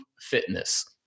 fitness